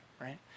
right